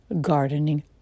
gardening